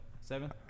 Seven